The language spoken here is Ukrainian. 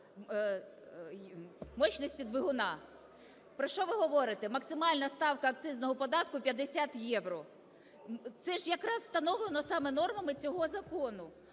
мощности двигуна. Про що ви говорите? Максимальна ставка акцизного податку 50 євро. Це ж якраз встановлено саме нормами цього закону.